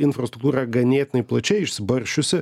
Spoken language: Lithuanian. infrastruktūra ganėtinai plačiai išsibarsčiusi